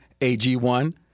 AG1